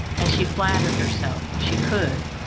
and she flattered herself she could,